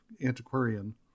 antiquarian